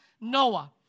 Noah